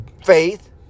faith